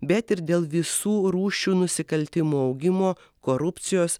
bet ir dėl visų rūšių nusikaltimų augimo korupcijos